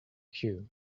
queue